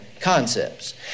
concepts